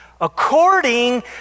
according